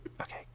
okay